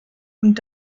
und